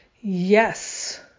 Yes